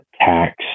tax